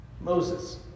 Moses